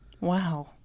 Wow